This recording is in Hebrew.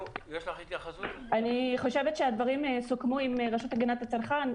אני חושבת שהדברים סוכמו עם הרשות להגנת הצרכן,